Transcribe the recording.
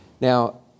Now